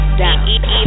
down